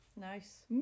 Nice